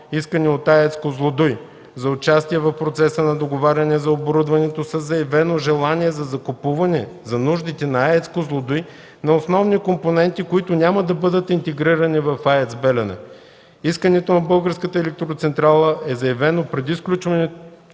Искането на българската електроцентрала е заявено преди сключването